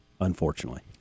unfortunately